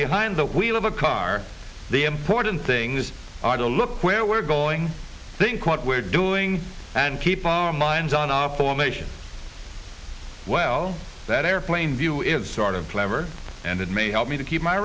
behind the wheel of a car the important things are to look where we're going think what we're doing and keep our minds on our formation well that airplane view is sort of clever and it may help me to keep my